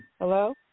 Hello